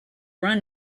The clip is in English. run